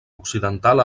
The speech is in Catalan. occidental